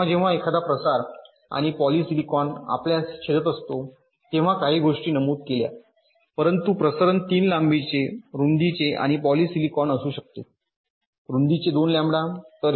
जेव्हा जेव्हा एखादा प्रसार आणि पॉलिसिलिकॉन आपल्यास छेदत असतो तेव्हा काही गोष्टी नमूद केल्या परंतु प्रसरण 3 लांबीचे रुंदीचे आणि पॉलिसिलिकॉन असू शकते रुंदीचे 2 लॅम्बडा